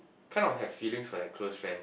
kind of have feelings for that close friend